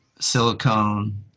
silicone